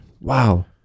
wow